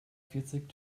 vierzig